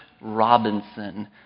Robinson